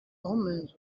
omens